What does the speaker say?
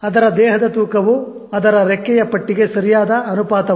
ಅದರ ದೇಹದ ತೂಕವು ಅದರ ರೆಕ್ಕೆಯ ಪಟ್ಟಿಗೆ ಸರಿಯಾದ ಅನುಪಾತವಲ್ಲ